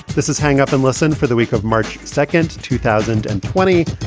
this is hang up and listen for the week of march second, two thousand and twenty.